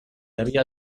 havia